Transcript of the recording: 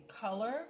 color